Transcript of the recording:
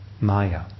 maya